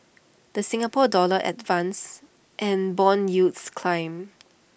the Singapore dollar advanced and Bond yields climbed